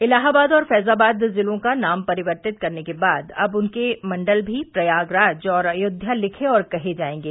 इलाहाबाद और फैजाबाद जिलों का नाम परिवर्तित करने के बाद अब उनके मंडल भी प्रयागराज और अयोव्या लिखे और कहें जायेंगे